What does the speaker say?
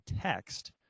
text